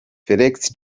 felix